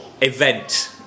event